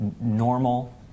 normal